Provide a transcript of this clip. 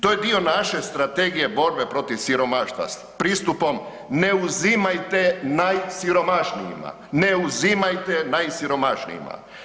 To je dio naše Strategije borbe protiv siromaštva s pristupom ne uzimajte najsiromašnijima, ne uzimajte najsiromašnijima.